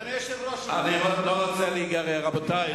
אדוני היושב-ראש, אני לא רוצה להיגרר, רבותי.